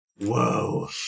Whoa